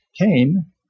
Cain